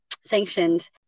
sanctioned